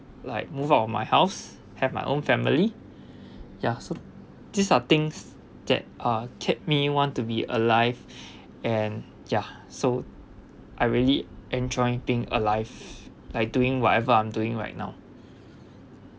like move out of my house have my own family ya so these are things that are kept me want to be alive and ya so I really enjoy being alive like doing whatever I'm doing right now